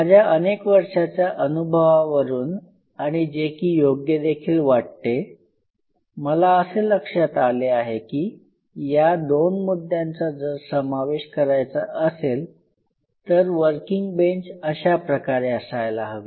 माझ्या अनेक वर्षाच्या अनुभवावरून आणि जे की योग्य देखील वाटते मला असे लक्षात आले आहे की या दोन मुद्द्यांचा जर समावेश करायचा असेल तर वर्किंग बेंच अशाप्रकारे असायला हवे